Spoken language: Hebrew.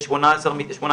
יש 18 מיטות,